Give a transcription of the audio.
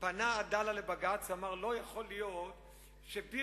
פנתה "עדאלה" לבג"ץ ואמרה שלא יכול להיות שביר-אל-מכסור